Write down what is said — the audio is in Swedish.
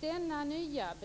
Detta nya,